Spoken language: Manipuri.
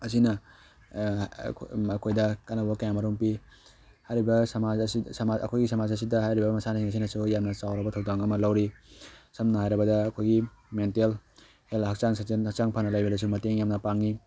ꯑꯁꯤꯅ ꯑꯩꯈꯣꯏ ꯃꯈꯣꯏꯗ ꯀꯥꯟꯅꯕ ꯀꯌꯥ ꯃꯔꯣꯝ ꯄꯤ ꯍꯥꯏꯔꯤꯕ ꯁꯃꯥꯖ ꯑꯁꯤ ꯁꯃꯥꯖ ꯑꯩꯈꯣꯏꯒꯤ ꯁꯃꯥꯖ ꯑꯁꯤꯗ ꯍꯥꯏꯔꯤꯕ ꯃꯁꯥꯟꯅꯁꯤꯡ ꯑꯁꯤꯅꯁꯨ ꯌꯥꯝꯅ ꯆꯥꯎꯔꯕ ꯊꯧꯗꯥꯡ ꯑꯃ ꯂꯧꯔꯤ ꯁꯝꯅ ꯍꯥꯏꯔꯕꯗ ꯑꯩꯈꯣꯏꯒꯤ ꯃꯦꯟꯇꯦꯜ ꯍꯦꯜꯊ ꯍꯛꯆꯥꯡ ꯁꯥꯖꯦꯟ ꯍꯛꯆꯥꯡ ꯐꯅ ꯂꯩꯕꯗꯁꯨ ꯃꯇꯦꯡ ꯌꯥꯝꯅ ꯄꯥꯡꯉꯤ